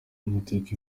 amateka